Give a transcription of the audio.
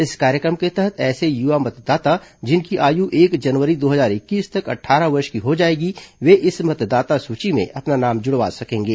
इस कार्यक्रम के तहत ऐसे युवा मतदाता जिनकी आयु एक जनवरी दो हजार इक्कीस तक अट्ठारह वर्ष की हो जाएगी वे इस मतदाता सूची में अपना नाम जुड़वा सकेंगे